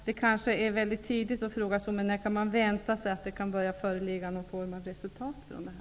Det kanske är tidigt att ställa frågan när man kan vänta sig att det kan föreligga någon form av resultat av forskningen.